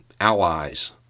allies